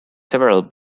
several